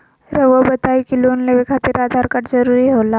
रौआ बताई की लोन लेवे खातिर आधार कार्ड जरूरी होला?